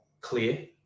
clear